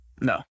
No